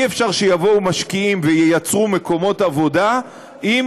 אי-אפשר שיבואו משקיעים וייצרו מקומות עבודה אם